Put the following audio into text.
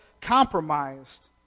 compromised